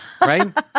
Right